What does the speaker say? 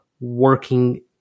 working